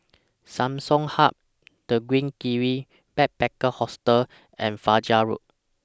Samsung Hub The Green Kiwi Backpacker Hostel and Fajar Road